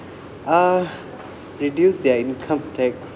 uh reduce their income tax